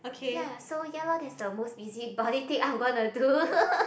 ya so ya lor that's the most busybody thing I'm gonna to do